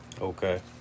Okay